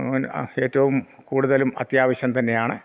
ഏറ്റവും കൂടുതലും അത്യാവശ്യം തന്നെയാണ്